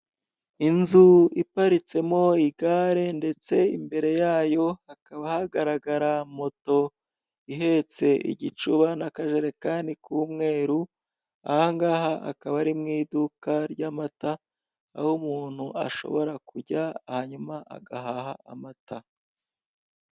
Inzu iparitse mo igare, ndetse imbere yayo hakaba hagaragara moto ihetse igicuba n'akajerekani k'umweru, ahangaha akaba ari mu iduka ry'amata aho umuntu ashobora kujya hanyuma agahaha amata.